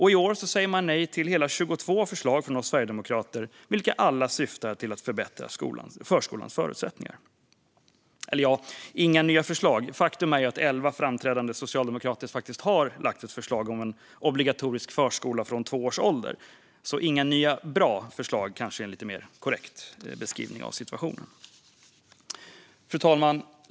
I år säger man nej till hela 22 förslag från oss sverigedemokrater, vilka alla syftar till att förbättra förskolans förutsättningar. Inga nya förslag, sa jag. Faktum är att elva framträdande socialdemokrater faktiskt har lagt fram ett förslag om obligatorisk förskola från två års ålder. Inga nya bra förslag kanske är en lite mer korrekt beskrivning av situationen. Fru talman!